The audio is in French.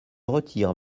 retire